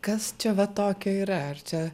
kas čia va tokio yra ar čia